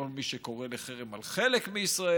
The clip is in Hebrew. או מי שקורא לחרם על חלק מישראל,